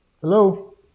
Hello